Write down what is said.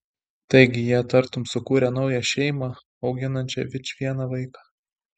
taigi jie tartum sukūrė naują šeimą auginančią vičvieną vaiką